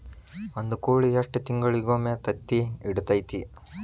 ಒಂದ್ ಕೋಳಿ ಎಷ್ಟ ತಿಂಗಳಿಗೊಮ್ಮೆ ತತ್ತಿ ಇಡತೈತಿ?